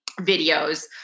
videos